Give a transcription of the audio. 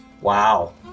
Wow